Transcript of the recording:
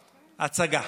הצגה.